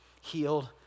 healed